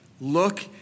look